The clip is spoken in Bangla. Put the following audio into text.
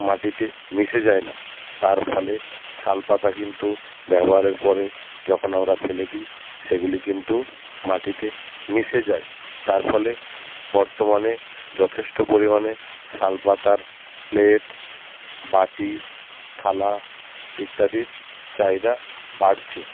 মাটিতে মিশে যায় না তার ফলে শাল পাতা কিন্তু ব্যবহারের পরে যখন আমরা ফেলে দিই সেগুলি কিন্তু মাটিতে মিশে যায় তার ফলে বর্তমানে যথেষ্ট পরিমাণে শাল পাতার প্লেট বাটি থালা ইত্যাদির চাহিদা বাড়ছে